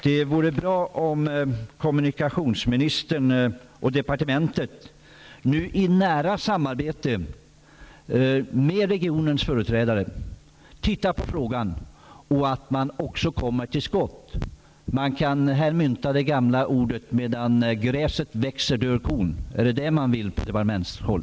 Det vore bra om kommunikationsministern och departementet i nära samarbete med regionens företrädare tittade närmare på frågan och kom till skott. Man kan här påminna om det gamla talesättet: Medan gräset växer dör kon. Är det det man vill från departementshåll?